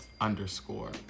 underscore